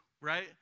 right